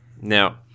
Now